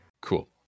Cool